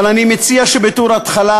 אבל אני מציע שבתור התחלה,